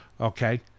okay